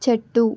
చెట్టు